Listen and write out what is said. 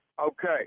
Okay